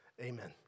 Amen